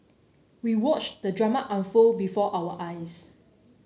we watched the drama unfold before our eyes